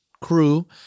crew